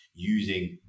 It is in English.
using